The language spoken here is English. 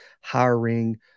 hiring